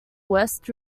west